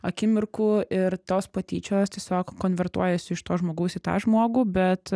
akimirkų ir tos patyčios tiesiog konvertuojasi iš to žmogaus į tą žmogų bet